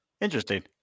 Interesting